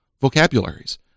vocabularies